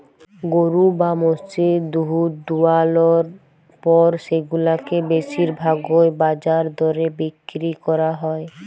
গরু বা মোষের দুহুদ দুয়ালর পর সেগুলাকে বেশির ভাগই বাজার দরে বিক্কিরি ক্যরা হ্যয়